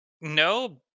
No